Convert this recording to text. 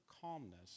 calmness